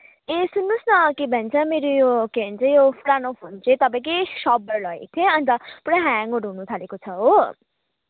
ए सुन्नुहोस् न के भन्छ मेरो यो के भन्छ यो सानो फोन चाहिँ तपाईँकै सोपबाट लगेको थिएँ अन्त पुरा ह्याङहरू हुनथालेको छ हो